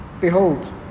behold